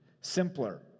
simpler